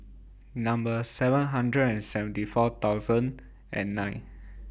Number seven hundred and seventy four thousand and nine